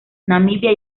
namibia